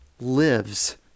lives